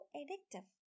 addictive